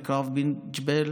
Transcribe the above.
בקרב בינת ג'בייל